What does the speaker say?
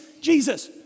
Jesus